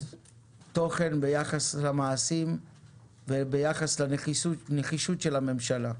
תוכן ביחד למעשים וביחס לנחישות של הממשלה.